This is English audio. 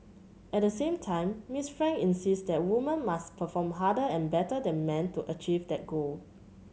at the same time Miss Frank insists that women must perform harder and better than men to achieve that goal